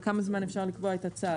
לכמה זמן אפשר לקבוע את הצו?